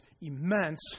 immense